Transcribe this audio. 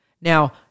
Now